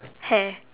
hair